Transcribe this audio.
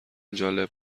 جالب